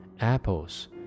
apples